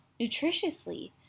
nutritiously